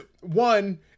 one